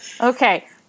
Okay